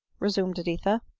resumed editha.